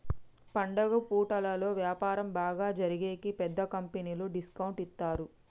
పండుగ పూటలలో వ్యాపారం బాగా జరిగేకి పెద్ద కంపెనీలు డిస్కౌంట్ ఇత్తారు